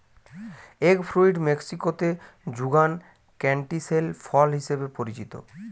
egg fruit মেক্সিকোতে যুগান ক্যান্টিসেল ফল হিসেবে পরিচিত